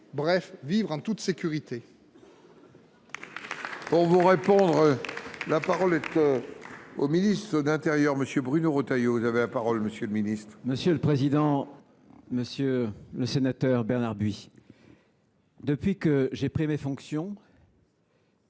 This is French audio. bref, vivre en toute sécurité